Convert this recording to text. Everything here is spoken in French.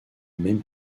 même